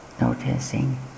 Noticing